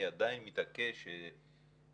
אני עדיין מתעקש שהחלוקה,